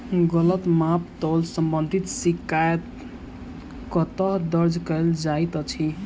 गलत माप तोल संबंधी शिकायत कतह दर्ज कैल जाइत अछि?